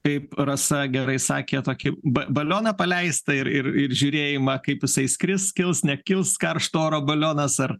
kaip rasa gerai sakė tokį ba balioną paleistą ir ir žiūrėjimą kaip jisai skris kils nekils karšto oro balionas ar